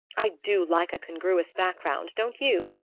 i do like a congruous background don't you?